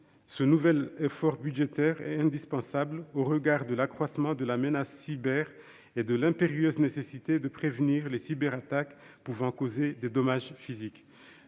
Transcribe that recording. Ce nouvel effort budgétaire est indispensable au regard de l'accroissement de la menace cyber et de l'impérieuse nécessité de prévenir les cyberattaques pouvant causer des dommages physiques.